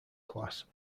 class